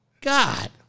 God